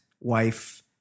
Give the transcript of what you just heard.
wife